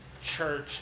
church